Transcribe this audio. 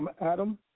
Adam